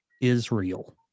Israel